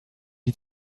die